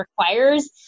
requires